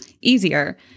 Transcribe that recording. easier